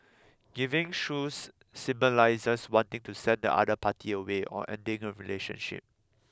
giving shoes symbolises wanting to send the other party away or ending a relationship